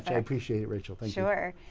i appreciate it, rachel. but sure.